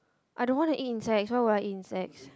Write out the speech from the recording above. I don't want to eat insects why would I eat insects